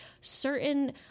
certain